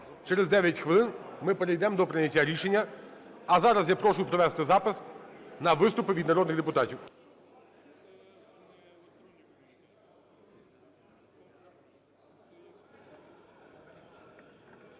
через 9 хвилин ми перейдемо до прийняття рішення. А зараз я прошу провести запис на виступи від народних депутатів.